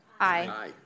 Aye